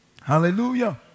Hallelujah